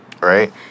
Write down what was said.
right